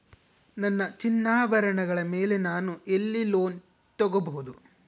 ನನ್ನ ಚಿನ್ನಾಭರಣಗಳ ಮೇಲೆ ನಾನು ಎಲ್ಲಿ ಲೋನ್ ತೊಗೊಬಹುದು?